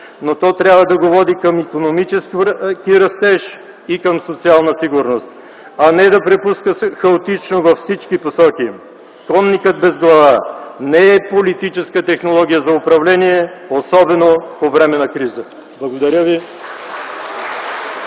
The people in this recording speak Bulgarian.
но то трябва да го води към икономически растеж и към социална сигурност, а не да препуска хаотично във всички посоки. Конникът без глава не е политическа технология за управление, особено по време на криза. Благодаря ви.